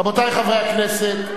רבותי חברי הכנסת,